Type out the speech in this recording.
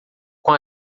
com